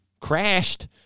crashed